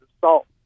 salt